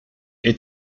est